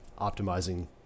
optimizing